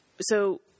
So-